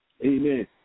amen